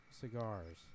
cigars